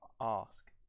ask